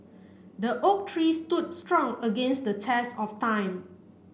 the oak tree stood strong against the test of time